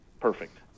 perfect